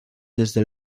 desde